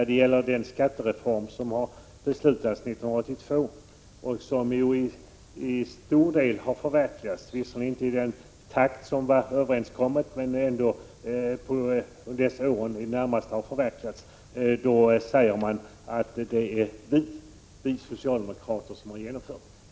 Beträffande den skattereform som beslutades 1982 och som till stor del förverkligats, visserligen inte i den takt som var överenskommen, säger socialdemokraterna: Det är vi socialdemokrater som genomförde reformen.